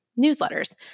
newsletters